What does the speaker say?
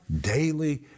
Daily